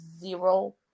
zero